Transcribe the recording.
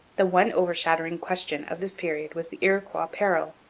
the one overshadowing question of this period was the iroquois peril,